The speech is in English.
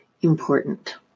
important